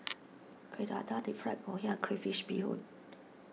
Kueh Dadar Deep Fried Ngoh Hiang and Crayfish BeeHoon